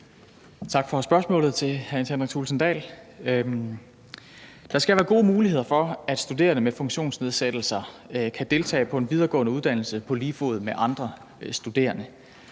Dahl for spørgsmålet. Der skal være gode muligheder for, at studerende med funktionsnedsættelser kan deltage på en videregående uddannelse på lige fod med andre studerende.